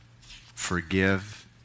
forgive